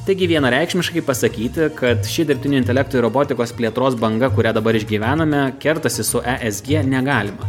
taigi vienareikšmiškai pasakyti kad ši dirbtinio intelekto ir robotikos plėtros banga kurią dabar išgyvename kertasi su e s g negalima